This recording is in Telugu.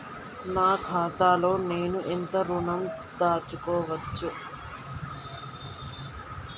నా ఖాతాలో నేను ఎంత ఋణం దాచుకోవచ్చు?